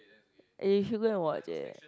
if you gonna watch it